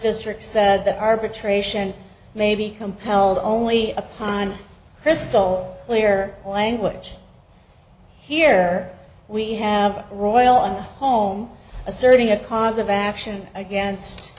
district said that arbitration may be compelled only upon crystal clear language here we have royal home asserting a cause of action against